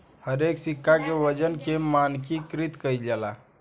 हरेक सिक्का के वजन के मानकीकृत कईल जाला